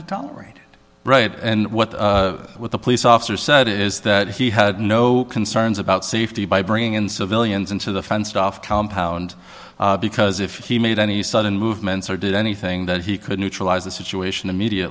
to tolerate right and what the police officer said is that he had no concerns about safety by bringing in civilians into the fenced off compound because if he made any sudden movements or did anything that he could neutralize the situation immedia